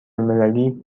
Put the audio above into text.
المللی